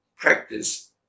Practice